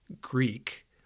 Greek